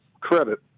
credit